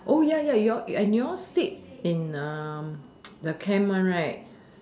ya ya you all sleep and you all sleep in the camp one right